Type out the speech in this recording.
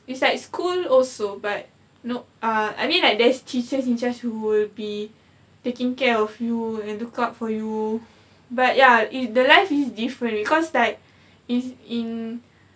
it's like school also but no ah I mean like there's teachers in charge who will be taking care of you and look out for you but ya it's the life is different because like it's in